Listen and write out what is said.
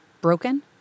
broken